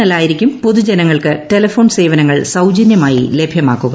L ആയിരിക്കും പൊതുജനങ്ങൾക്ക് telephone സേവനങ്ങൾ സൌജന്യമായി ലഭ്യമാക്കുക